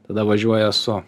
tada važiuoja su